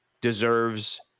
deserves